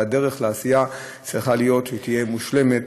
אבל הדרך לעשייה צריך שתהיה מושלמת,